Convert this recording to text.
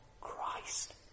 Christ